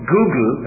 Google